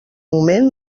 moment